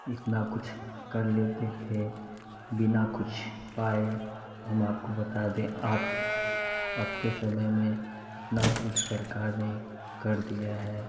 इतना कुछ कर लेते थे बिना कुछ पाए तो हम आपको बता दें आप आपके समय में इतना कुछ सरकार ने कर दिया है